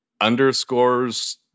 underscores